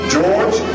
George